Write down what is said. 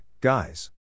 guys